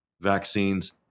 vaccines